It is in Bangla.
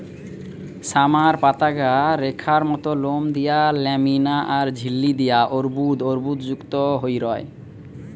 সামার পাতাগা রেখার মত লোম দিয়া ল্যামিনা আর ঝিল্লি দিয়া অর্বুদ অর্বুদযুক্ত হই রয়